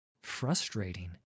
frustrating